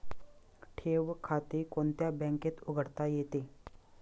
ठेव खाते कोणत्या बँकेत उघडता येते?